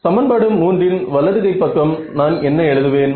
சமன்பாடு 3 இன் வலது கை பக்கம் நான் என்ன எழுதுவேன்